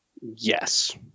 Yes